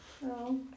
No